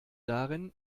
darin